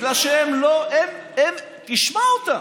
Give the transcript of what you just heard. תשמע אותם,